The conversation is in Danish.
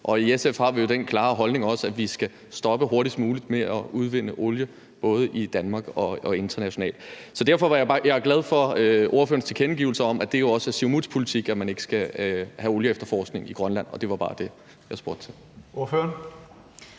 Og i SF har vi jo også den klare holdning, at vi hurtigst muligt skal stoppe med at udvinde olie, både i Danmark og internationalt. Så derfor er jeg glad for ordførerens tilkendegivelse af, at det også er Siumuts politik, at man ikke skal have olieefterforskning i Grønland, og det var bare det, jeg spurgte til.